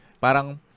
Parang